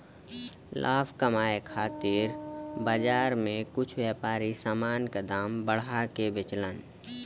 लाभ कमाये खातिर बाजार में कुछ व्यापारी समान क दाम बढ़ा के बेचलन